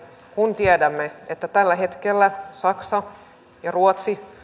kun tiedämme että tällä hetkellä saksa ja ruotsi